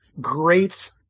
great